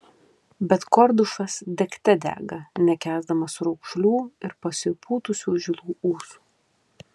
bet kordušas degte dega nekęsdamas raukšlių ir pasipūtusių žilų ūsų